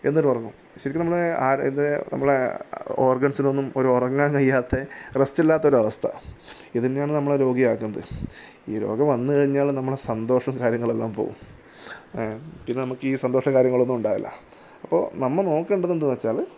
എന്നിട്ട് ഉറങ്ങും ശരിക്കും നമ്മുടെ ആരോഗ്യ നമ്മുടെ ഓർഗൻസിനൊന്നും ഒരു ഉറങ്ങാൻ കഴിയാത്ത റെസ്റ്റിലാത്ത ഒരവസ്ഥ ഇത്ന്നെയാണ് നമ്മളെ രോഗിയാക്കുന്നത് ഈ രോഗം വന്നു കഴിഞ്ഞാൽ നമ്മളുടെ സന്തോഷം കാര്യങ്ങളെല്ലാം പോകും പിന്നെ നമുക്ക് ഈ സന്തോഷം കാര്യങ്ങളൊന്നും ഉണ്ടാവില്ല അപ്പോൾ നമ്മൾ നോക്കേണ്ടത് എന്താണെന്നു വെച്ചാൽ